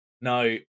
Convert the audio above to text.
Now